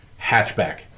hatchback